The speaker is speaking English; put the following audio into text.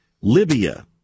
Libya